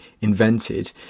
invented